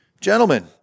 Gentlemen